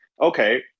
okay